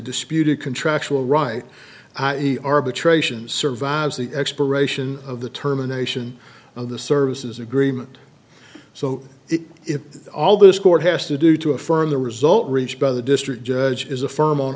disputed contractual right i e arbitration survives the expiration of the term a nation of the services agreement so if all this court has to do to affirm the result reached by the district judge is a firm on